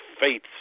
faith